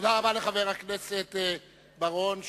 תודה רבה לחבר הכנסת רוני בר-און,